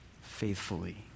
faithfully